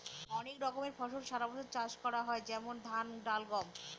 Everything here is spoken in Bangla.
অনেক রকমের ফসল সারা বছর ধরে চাষ করা হয় যেমন ধান, ডাল, গম